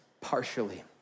partially